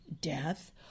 death